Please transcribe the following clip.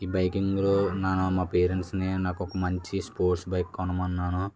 ఈ బైకింగ్లో నా నా పేరెంట్స్ని నాకు ఒక మంచి స్పోర్ట్స్ బైక్ కొనమన్నాను